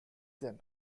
then